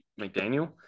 McDaniel